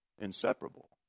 inseparable